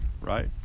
right